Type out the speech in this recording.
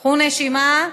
קחו נשימה: